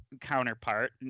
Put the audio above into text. counterpart